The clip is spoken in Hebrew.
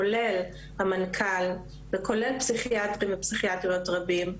כולל המנכ"ל וכולל פסיכיאטרים ופסיכיאטריות רבים,